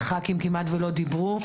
ח"כים כמעט ולא דיברו.